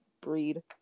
breed